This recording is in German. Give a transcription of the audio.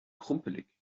krumpelig